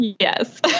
Yes